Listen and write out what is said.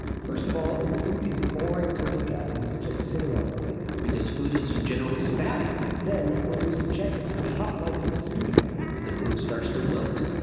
first of all, food is boring to look at when it's just sitting on a plate because food is generally static then when you subject it to the hot lights of a studio, the food starts to wilt.